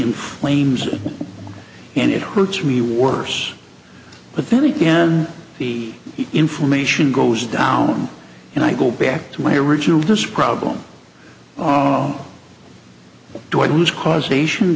inflames and it hurts me worse but then again the information goes down and i go back to my original describe them do i lose causation